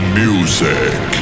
music